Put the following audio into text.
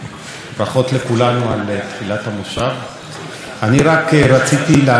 אני רק רציתי לענות לראש הממשלה ולהגיד